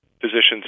physicians